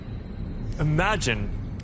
Imagine